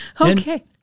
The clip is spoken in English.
Okay